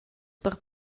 per